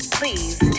please